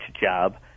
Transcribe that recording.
job